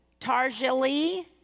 Tarjali